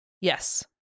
Yes